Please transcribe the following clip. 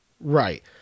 Right